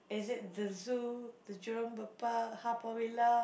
is it the zoo the Jurong-Bird-Park Haw-Par-Villa